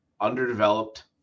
underdeveloped